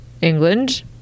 england